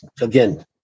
again